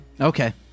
okay